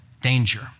danger